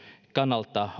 kannalta